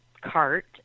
cart